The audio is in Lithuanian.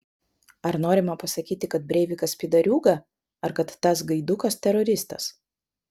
ar norima pasakyti kad breivikas pydariūga ar kad tas gaidukas teroristas